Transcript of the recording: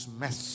mess